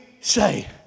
say